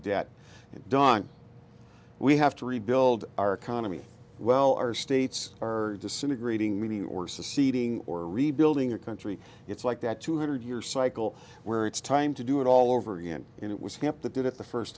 debt done we have to rebuild our economy well our states are disintegrating maybe or seceding or rebuilding their country it's like that two hundred year cycle where it's time to do it all over again and it was kept the did it the first